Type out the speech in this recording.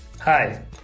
Hi